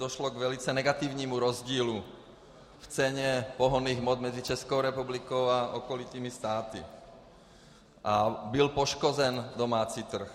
Došlo k velice negativnímu rozdílu v ceně pohonných hmot mezi Českou republikou a okolními státy a byl poškozen domácí trh.